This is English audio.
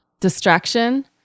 distraction